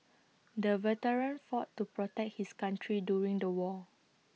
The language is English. the veteran fought to protect his country during the war